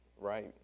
right